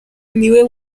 niwe